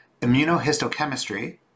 immunohistochemistry